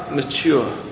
mature